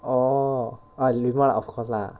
orh ah re-mod of course lah